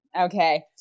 Okay